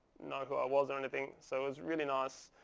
know who i was or anything. so it was really nice.